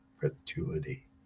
perpetuity